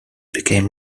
became